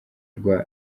rwa